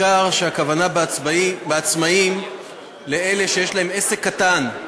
הכוונה בעצמאים בעיקר לאלה שיש להם עסק קטן.